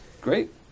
Great